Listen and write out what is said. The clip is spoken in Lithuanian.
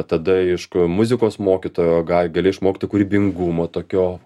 tada iš ku muzikos mokytojo ga gali išmokti kūrybingumo tokio